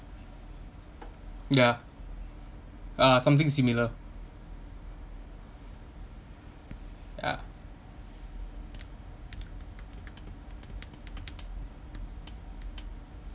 ya ah something similar ya